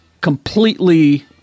completely